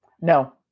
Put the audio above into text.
No